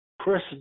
Chris